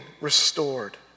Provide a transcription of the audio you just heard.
restored